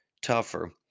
tougher